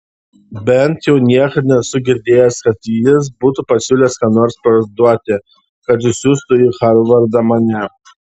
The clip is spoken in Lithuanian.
bent jau niekad nesu girdėjęs kad jis būtų pasiūlęs ką nors parduoti kad išsiųstų į harvardą mane